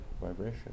vibration